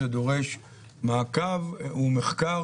זה דורש מעקב ומחקר,